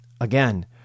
Again